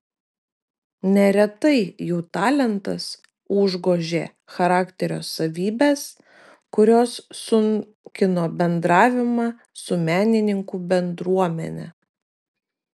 neretai jų talentas užgožė charakterio savybes kurios sunkino bendravimą su menininkų bendruomene